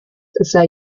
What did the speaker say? sei